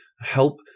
help